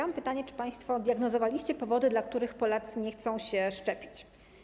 Mam pytanie, czy państwo diagnozowaliście powody, dla których Polacy nie chcą się szczepić.